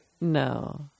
No